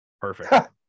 perfect